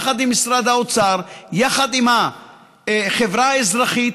יחד עם משרד האוצר ויחד עם החברה האזרחית,